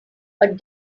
but